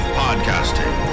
podcasting